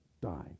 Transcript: die